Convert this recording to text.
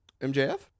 MJF